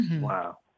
Wow